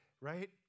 right